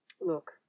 Look